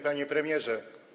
Panie Premierze!